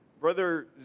Brother